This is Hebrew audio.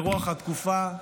ברוח התקופה,